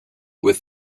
with